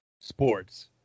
sports